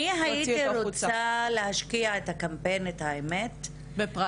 האמת שאני הייתי רוצה להשקיע את הקמפיין --- בפרס.